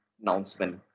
announcement